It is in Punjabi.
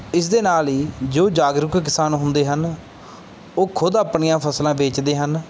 ਇਸ ਦੇ ਨਾਲ ਹੀ ਜੋ ਜਾਗਰੂਕ ਕਿਸਾਨ ਹੁੰਦੇ ਹਨ ਉਹ ਖ਼ੁਦ ਆਪਣੀਆਂ ਫਸਲਾਂ ਵੇਚਦੇ ਹਨ